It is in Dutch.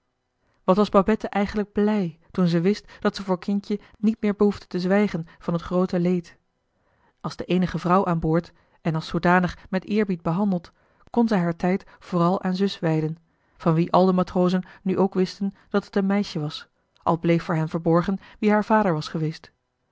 wat was babette eigenlijk blij toen ze wist dat ze voor kindje niet meer behoefde te zwijgen van het groote leed als de eenige vrouw aan boord en als zoodanig met eerbied behandeld kon zij haar tijd vooral aan zus wijden van wie al de matrozen nu ook wisten dat het een meisje was al bleef voor hen verborgen wie haar vader was geweest